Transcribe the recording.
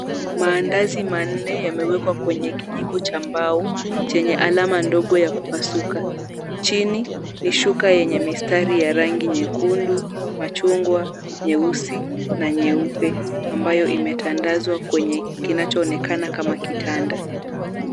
Maandazi manne yamewekwa kwenye kijiko cha mbau chenye alama ndogo ya kupasuka. Chini ni shuka yenye mistari ya rangi nyekundu, machungwa, nyeusi na nyeupe ambayo imetandazwa kwenye kinachoonekana kama kitanda.